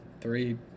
three –